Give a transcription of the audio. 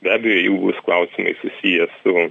be abejo jeigu bus klausimai susiję su